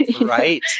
Right